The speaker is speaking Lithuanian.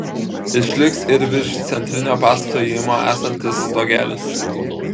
išliks ir virš centrinio pastato įėjimo esantis stogelis